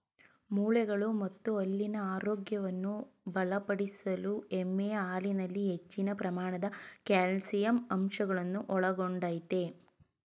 ಮೂಳೆಗಳು ಮತ್ತು ಹಲ್ಲಿನ ಆರೋಗ್ಯವನ್ನು ಬಲಪಡಿಸಲು ಎಮ್ಮೆಯ ಹಾಲಿನಲ್ಲಿ ಹೆಚ್ಚಿನ ಪ್ರಮಾಣದ ಕ್ಯಾಲ್ಸಿಯಂ ಅಂಶಗಳನ್ನು ಒಳಗೊಂಡಯ್ತೆ